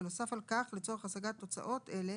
ונוסף על כך לצורך השגת תוצאות אלה